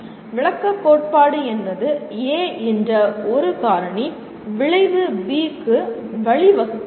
விளக்கக் கோட்பாடு என்பது A என்ற ஒரு காரணி விளைவு B க்கு வழிவகுக்கிறது